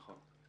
נכון.